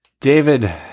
David